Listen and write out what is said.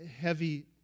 heavy